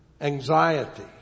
anxiety